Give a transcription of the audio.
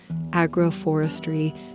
agroforestry